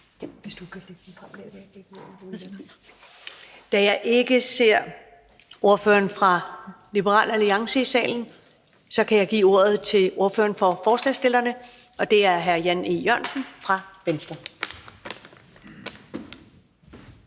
Da jeg ikke ser ordføreren fra Liberal Alliance i salen, kan jeg give ordet til ordføreren for forslagsstillerne, og det er hr. Jan E. Jørgensen fra Venstre.